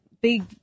big